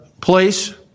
place